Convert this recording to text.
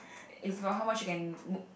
it's about how much you can